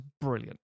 brilliant